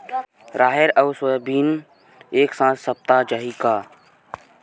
राहेर अउ सोयाबीन एक साथ सप्ता चाही का?